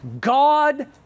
God